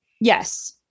Yes